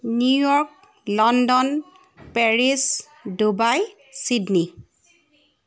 New York London Paris Dubai Sydney